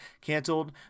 canceled